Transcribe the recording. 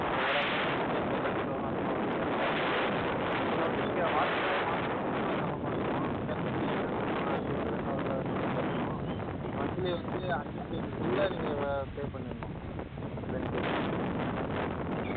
ஆ ஒராள்ன்னா ஒன்றும் பிரச்சனை இல்லை தண்ணி செலவும் அதிகமாவாது கரண்ட்டும் அதிகமாவாது இதில் வந்து நீங்கள் வாட்டருக்காக மாதம் மாதம் நூறுரூவா தரமாதிரிருக்கும் கரண்ட்டு பில்லு நீங்கள் தான் கட்டணும் ஆஸ்யூஸ்வல் என்ன வருதோ அதை நீங்கள் தான் கட்டணும் மந்த்லி வந்து அஞ்சாந்தேதிக்குள்ளே நீங்கள் வா பே பண்ணிடணும் ரெண்ட்டு ம்